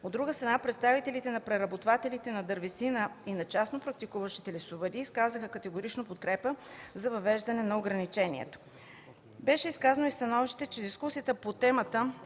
От друга страна, представителите на преработвателите на дървесина и на частно практикуващите лесовъди изказаха категорична подкрепа за въвеждането на ограничението. Беше изказано и становище, че дискусията по темата